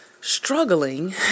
struggling